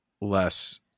less